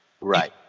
Right